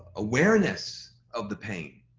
awareness of the pain.